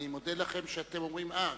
אני מודה לכם שאתם אומרים "אה,